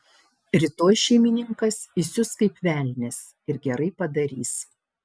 rytoj šeimininkas įsius kaip velnias ir gerai padarys